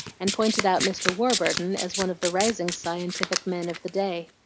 and pointed out mr. warburton as one of the rising scientific men of the day.